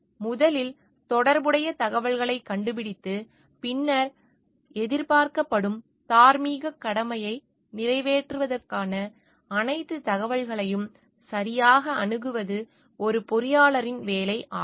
எனவே முதலில் தொடர்புடைய தகவல்களைக் கண்டுபிடித்து பின்னர் எதிர்பார்க்கப்படும் தார்மீகக் கடமையை நிறைவேற்றுவதற்கான அனைத்து தகவல்களையும் சரியாக அணுகுவது ஒரு பொறியாளரின் வேலை ஆகும்